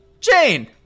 Jane